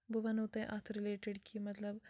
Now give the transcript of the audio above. بہٕ وَنَو تۄہہِ اَتھ رِلیٹِڈ کہِ مطلب